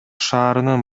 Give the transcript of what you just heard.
шаарынын